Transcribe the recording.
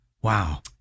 Wow